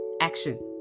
action